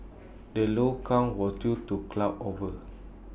the low count was due to cloud over